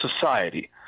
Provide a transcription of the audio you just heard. society